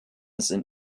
sind